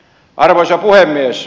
arvoisa puhemies